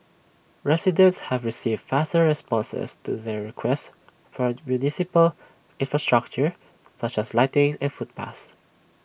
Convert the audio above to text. residents have received faster responses to their requests for municipal infrastructure such as lighting and footpaths